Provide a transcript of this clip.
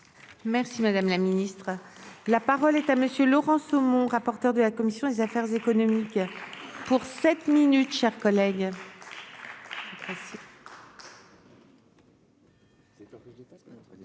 Merci madame la ministre. La parole est à monsieur Laurent Somon, rapporteur de la commission des affaires économiques pour sept minutes, chers collègues.